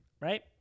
Right